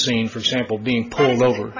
een for example being pulled over